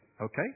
okay